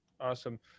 Awesome